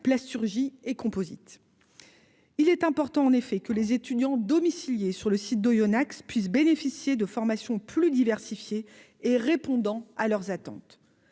plasturgie et composite, il est important en effet que les étudiants domiciliés sur le site d'Oyonnax puissent bénéficier de formations plus diversifiée et répondant à leurs attentes,